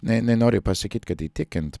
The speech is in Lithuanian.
ne nenoriu pasakyt kad įtikint